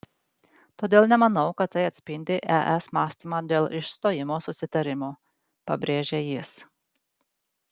todėl nemanau kad tai atspindi es mąstymą dėl išstojimo susitarimo pabrėžė jis